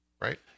right